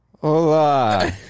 Hola